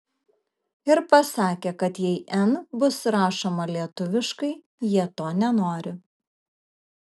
ir pasakė kad jei n bus rašoma lietuviškai jie to nenori